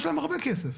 יש להם הרבה כסף.